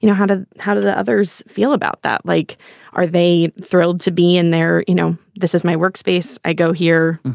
you know how to how do the others feel about that? like are they thrilled to be in there? you know, this is my workspace. i go here.